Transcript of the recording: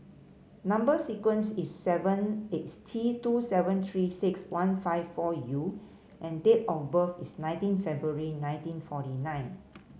number sequence is seven is T two seven Three six one five four U and date of birth is nineteen February nineteen forty nine